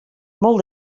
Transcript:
molt